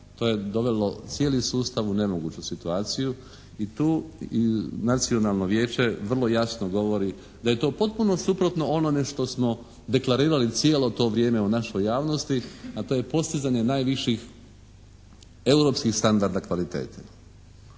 to je dovelo cijeli sustav u nemoguću situaciju i tu Nacionalno vijeće vrlo jasno govori da je to potpuno suprotno onome što smo deklarirali cijelo to vrijeme u našoj javnosti, a to je postizanje najviših europskih standarda kvalitete.